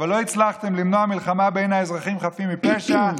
אבל לא הצלחתם למנוע מלחמה בין אזרחים חפים מפשע,